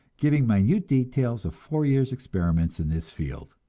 giving minute details of four years' experiments in this field.